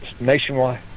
nationwide